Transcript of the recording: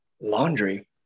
Laundry